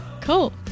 Cool